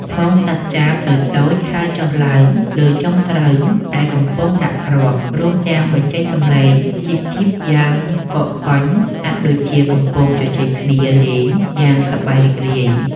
ហ្វូងសត្វចាបតូចៗហើរចុះឡើងលើចុងស្រូវដែលកំពុងដាក់គ្រាប់ រួមទាំងបញ្ចេញសំឡេង "ចីបៗ" យ៉ាងកកកុញ ហាក់ដូចជាកំពុងជជែកគ្នាលេងយ៉ាងសប្បាយរីករាយ។